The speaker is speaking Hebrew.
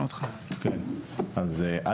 לא היית בהתחלה, אז אני מעדכן אותך.